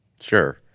Sure